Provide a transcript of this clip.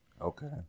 Okay